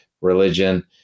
religion